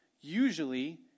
Usually